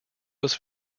was